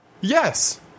Yes